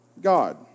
God